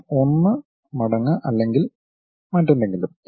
1 മടങ്ങ് അല്ലെങ്കിൽ മറ്റെന്തെങ്കിലും